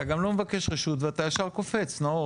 אתה גם לא מבקש רשות ואתה ישר קופץ, נאור.